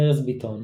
ארז ביטון,